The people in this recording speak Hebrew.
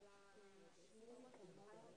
בעבר הם לא הסכימו לבוא.